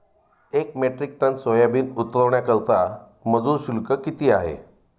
एक metric ton soybean उतरवण्याकरता मजूर शुल्क किती आहे?